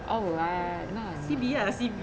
oh right now I know